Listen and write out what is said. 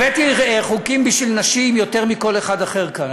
הבאתי חוקים בשביל נשים יותר מכל אחד אחר כאן,